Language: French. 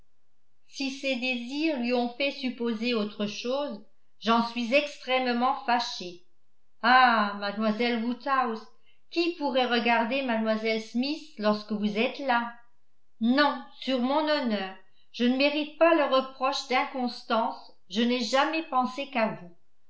si ses désirs lui ont fait supposer autre chose j'en suis extrêmement fâché ah mlle woodhouse qui pourrait regarder mlle smith lorsque vous êtes là non sur mon honneur je ne mérite pas le reproche d'inconstance je n'ai jamais pensé qu'à vous